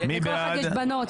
לכל אחד יש בנות.